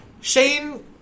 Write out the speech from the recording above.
Shane